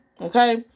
Okay